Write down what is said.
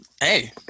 hey